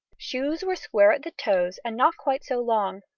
shoes were square at the toes and not quite so long,